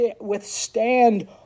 withstand